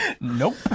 nope